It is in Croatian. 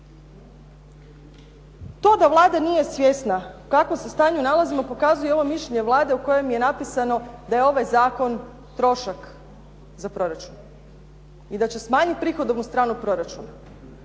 To da Vlada nije svjesna u kakvom se stanju nalazimo pokazuje ovo mišljenje Vlade u kojem je napisano da je ovaj zakon trošak za proračun i da će smanjiti prihodovnu stranu proračuna.